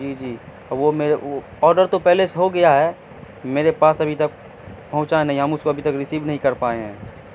جی جی وہ میرے آرڈر تو پہلے سے ہو گیا ہے میرے پاس ابھی تک پہنچا نہیں ہم اس کو ابھی تک ریسیو نہیں کر پائے ہیں